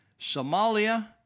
Somalia